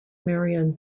marion